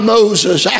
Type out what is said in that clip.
Moses